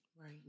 Right